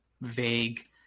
vague